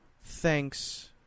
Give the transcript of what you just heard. Thanks